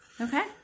Okay